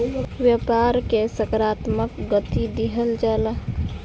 व्यापार के सकारात्मक गति दिहल जाला